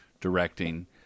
directing